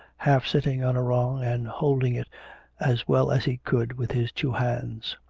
half sitting on a rung, and holding it as well as he could with his two hands.